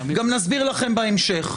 גם נסביר לכם בהמשך.